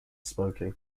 smoking